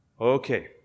Okay